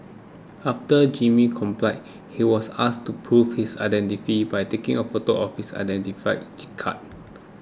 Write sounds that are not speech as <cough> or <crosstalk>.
after Jimmy complied he was asked to prove his identity by taking a photo of his identity <unintelligible> card